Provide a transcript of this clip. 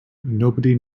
nobody